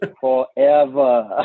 Forever